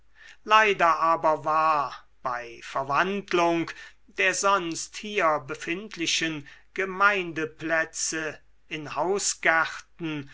leider aber war bei verwandlung der sonst hier befindlichen gemeindeplätze in hausgärten